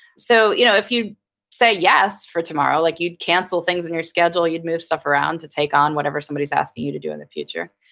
so you know if you say yes for tomorrow, like you'd cancel things in your schedule, you'd move stuff around to take on whatever somebody's asking you to do in the future,